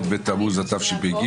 ט' בתמוז התשפ"ג.